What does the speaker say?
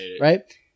right